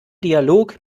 dialog